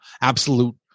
absolute